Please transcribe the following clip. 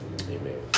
amen